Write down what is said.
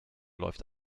läuft